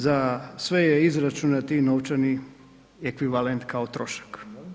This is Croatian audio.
Za sve je izračunat ti novčani ekvivalent kao trošak.